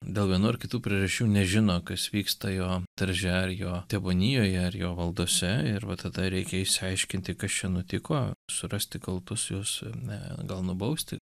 dėl vienų ar kitų priežasčių nežino kas vyksta jo darže ar jo tėvonijoje ir jo valdose ir va tada reikia išsiaiškinti kas čia nutiko surasti kaltuosius gal nubausti